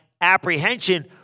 apprehension